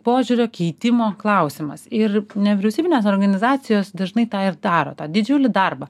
požiūrio keitimo klausimas ir nevyriausybinės organizacijos dažnai tą ir daro tą didžiulį darbą